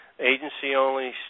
agency-only